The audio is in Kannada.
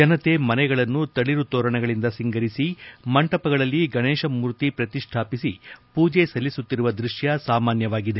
ಜನತೆ ಮನೆಗಳನ್ನು ತಳಿರು ತೋರಣಗಳಿಂದ ಸಿಂಗರಿಸಿ ಮಂಟಪಗಳಲ್ಲಿ ಗಣೇಶ ಮೂರ್ತಿ ಪ್ರತಿಷ್ಠಾಪಿಸಿ ಪೂಜೆ ಸಲ್ಲಿಸುತ್ತಿರುವ ದೃಶ್ಯ ಸಾಮಾನ್ಯವಾಗಿದೆ